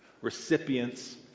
recipients